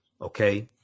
okay